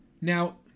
Now